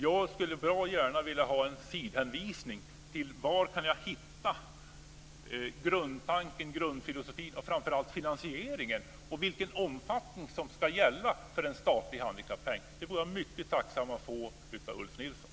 Jag skulle bra gärna vilja ha en sidhänvisning till var jag kan hitta grundfilosofin och framför allt finansieringen samt vilken omfattning som ska gälla för en statlig handikappeng. Det vore jag mycket tacksam för att få av Ulf Nilsson.